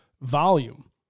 volume